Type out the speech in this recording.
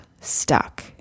stuck